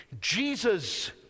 Jesus